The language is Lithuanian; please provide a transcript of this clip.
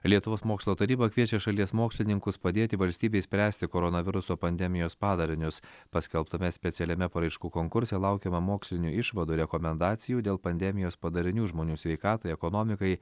lietuvos mokslo taryba kviečia šalies mokslininkus padėti valstybei spręsti koronaviruso pandemijos padarinius paskelbtame specialiame paraiškų konkurse laukiama mokslinių išvadų rekomendacijų dėl pandemijos padarinių žmonių sveikatai ekonomikai